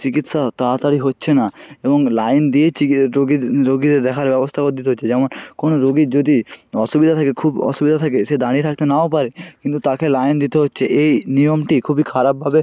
চিকিৎসা তাড়াতাড়ি হচ্ছে না এবং লাইন দিয়েই চিকি রোগীদের দেখার ব্যবস্থা করে দিতে হচ্ছে যেমন কোনো রোগীর যদি অসুবিধা থাকে খুব অসুবিধা থাকে সে দাঁড়িয়ে থাকতে নাও পারে কিন্তু তাকে লাইন দিতে হচ্ছে এই নিয়মটি খুবই খারাপভাবে